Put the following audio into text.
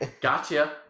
Gotcha